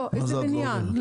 איזה בניין?